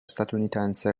statunitense